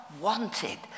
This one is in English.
wanted